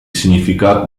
significato